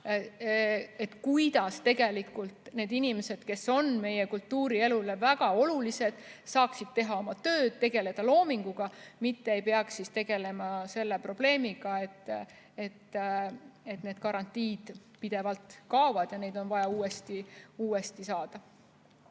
kuidas need inimesed, kes on meie kultuurielule väga olulised, saaksid teha oma tööd ja tegeleda loominguga, mitte ei peaks tegelema sellise probleemiga, et garantiid pidevalt kaovad ja neid on vaja uuesti saada.